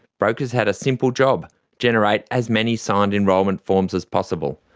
brokers had a simple job generate as many signed enrolment forms as possible.